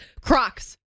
Crocs